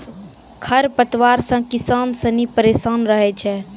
खरपतवार से किसान सनी परेशान रहै छै